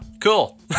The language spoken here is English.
cool